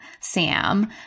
Sam